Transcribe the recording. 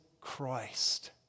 Christ